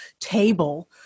table